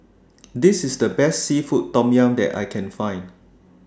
This IS The Best Seafood Tom Yum that I Can Find